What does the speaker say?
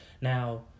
Now